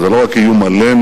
אבל זה לא רק איום עלינו,